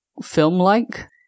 film-like